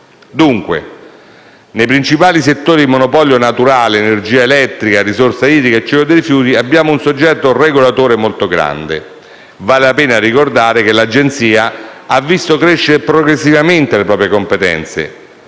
Nei principali settori di monopolio naturale - energia elettrica, risorse idriche e ciclo dei rifiuti - abbiamo un soggetto regolatore molto grande. Vale la pena ricordare che l'Agenzia ha visto crescere progressivamente le proprie competenze.